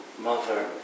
Mother